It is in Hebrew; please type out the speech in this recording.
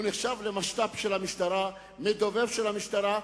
הוא נחשב למשת"פ של המשטרה, מדובב של המשטרה.